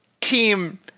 team